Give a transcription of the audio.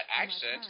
accent